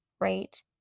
Right